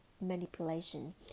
manipulation